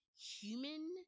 human